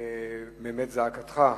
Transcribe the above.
באמת זעקתך,